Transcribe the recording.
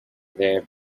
there